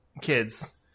kids